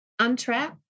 untrap